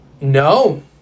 No